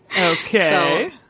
Okay